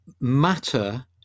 matter